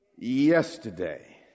Yesterday